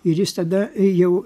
ir jis tada jau